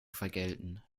vergelten